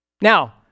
Now